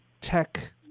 tech